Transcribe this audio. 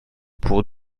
pour